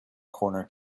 corner